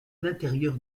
l’intérieur